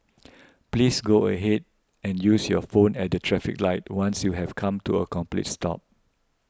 please go ahead and use your phone at the traffic light once you have come to a complete stop